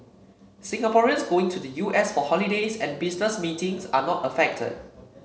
Singaporeans going to the U S for holidays and business meetings are not affected